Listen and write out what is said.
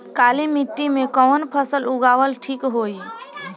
काली मिट्टी में कवन फसल उगावल ठीक होई?